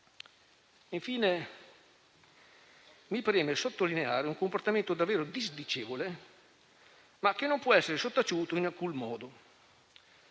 contenuti. Mi preme sottolineare, però, un comportamento davvero disdicevole, che non può essere sottaciuto in alcun modo: